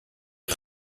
een